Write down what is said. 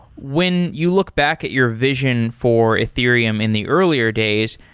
when you look back at your vision for ethereum in the earlier days,